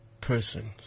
person